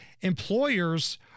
employers